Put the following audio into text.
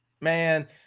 man